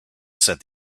said